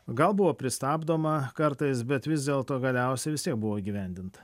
gal buvo pristabdoma kartais bet vis dėlto galiausiai vis tiek buvo įgyvendinta